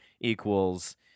equals